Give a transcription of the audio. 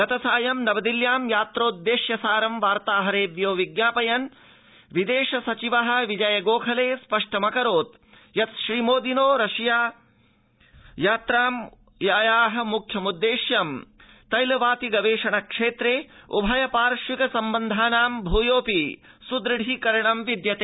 गतसायं नवदिल्ल्यां यात्रोदेश्य सारं वार्ताहरेभ्यो विज्ञापयन् विदेश सचिव विजये गोखले स्पष्टमकरोत् यत् श्रीमोदिनो रशिया यात्राया मुख्यमुद्देश्यं तैल वाति गवेषण क्षेत्रे उभय पार्श्विक सम्बन्धस्य भूयोऽपि सुदृढीकरणं विद्यते